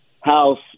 house